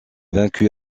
vaincu